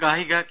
ഗായിക കെ